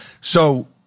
So-